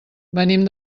venim